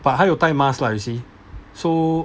but 他有戴 mask lah you see so